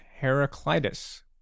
Heraclitus